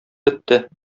бетте